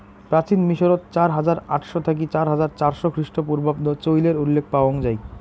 প্রাচীন মিশরত চার হাজার আটশ থাকি চার হাজার চারশ খ্রিস্টপূর্বাব্দ চইলের উল্লেখ পাওয়াং যাই